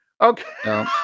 Okay